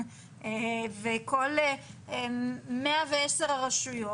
וכל 110 הרשויות,